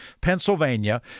Pennsylvania